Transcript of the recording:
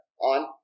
on